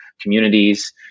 communities